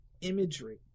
imagery